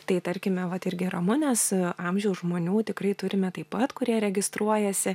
tai tarkime vat irgi ramunės amžiaus žmonių tikrai turime taip pat kurie registruojasi